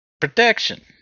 Protection